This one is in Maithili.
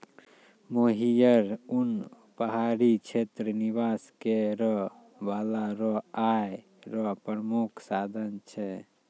मोहियर उन पहाड़ी क्षेत्र निवास करै बाला रो आय रो प्रामुख साधन छै